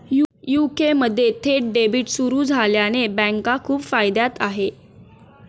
UK मध्ये थेट debit सुरू झाल्याने बँका खूप फायद्यात आहे